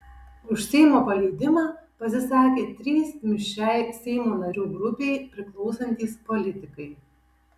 už seimo paleidimą pasisakė trys mišriai seimo narių grupei priklausantys politikai